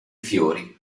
fiori